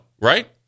right